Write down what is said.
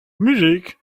musique